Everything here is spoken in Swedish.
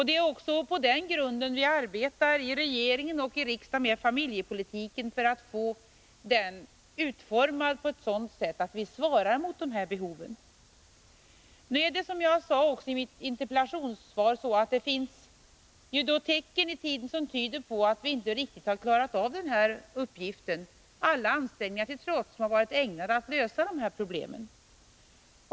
Det är också på den grunden vi arbetar i regeringen och i riksdagen med familjepolitiken — så att den blir utformad på ett sådant sätt att den svarar mot dessa behov. Som jag sade i mitt interpellationssvar finns det tecken i tiden som tyder på att vi inte riktigt klarat av den här uppgiften, trots alla ansträngningar som varit ägnade att lösa familjens problem.